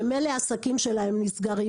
שמילא העסקים שלהם נסגרים,